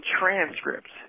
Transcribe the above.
transcripts